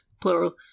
plural